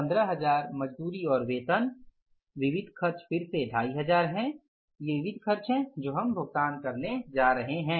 15000 मजदूरी और वेतन विविध खर्च फिर से 2500 हैं ये विविध खर्च हैं जो हम भुगतान करने जा रहे हैं